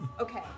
Okay